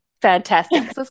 Fantastic